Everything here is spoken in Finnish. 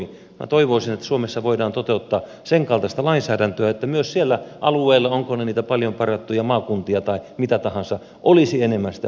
minä toivoisin että suomessa voidaan toteuttaa senkaltaista lainsäädäntöä että myös siellä alueilla ovat ne niitä paljon parjattuja maakuntia tai mitä tahansa olisi enemmän sitä omaa päätöksentekovaltaa